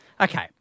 Okay